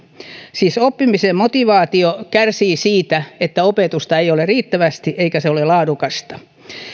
siis oppimisen motivaatio kärsii siitä että opetusta ei ole riittävästi eikä se ole laadukasta